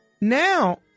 now